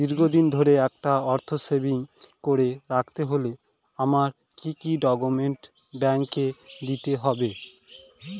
দীর্ঘদিন ধরে একটা অর্থ সেভিংস করে রাখতে হলে আমায় কি কি ডক্যুমেন্ট ব্যাংকে দিতে হবে?